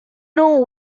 know